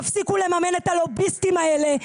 תפסיקו לממן את הלוביסטים האלה.